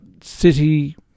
City